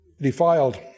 defiled